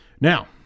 Now